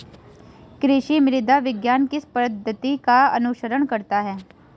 कृषि मृदा विज्ञान किस पद्धति का अनुसरण करता है?